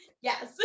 Yes